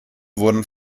wurden